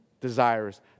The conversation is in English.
desires